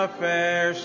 fair